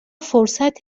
فرصت